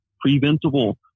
Preventable